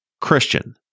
Christian